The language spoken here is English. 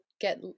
get